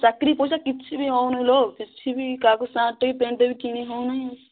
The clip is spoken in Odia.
ଚାକିରି ପଇସା କିଛି ବି ହେଉନି ଲୋ କିଛି ବି କାହାକୁ ସାର୍ଟ୍ଟେ ପ୍ୟାଣ୍ଟ ବି କିଣିହେଉନାହିଁ